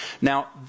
Now